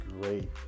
great